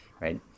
right